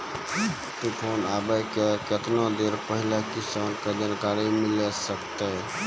तूफान आबय के केतना देर पहिले किसान के जानकारी मिले सकते?